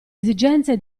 esigenze